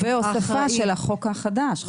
בהחלט, והוספה של החוק החדש.